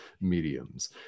mediums